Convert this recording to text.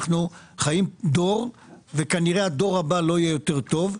אנחנו חיים דור וכנראה הדור הבא לא יהיה יותר טוב,